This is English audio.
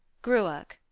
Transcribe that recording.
gruach.